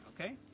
okay